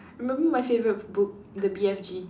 remember my favorite book the B_F_G